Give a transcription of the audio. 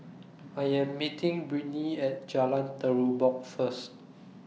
I Am meeting Britney At Jalan Terubok First